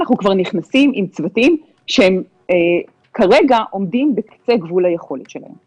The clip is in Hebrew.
אנחנו כבר נכנסים עם צוותים שהם שכרגע עומדים בקצה גבול היכולת שלנו.